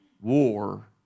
war